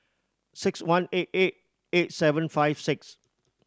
six one eight eight eight seven five six